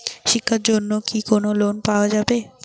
শিক্ষার জন্যে কি কোনো লোন পাওয়া যাবে?